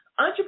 Entrepreneurship